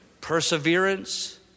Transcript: perseverance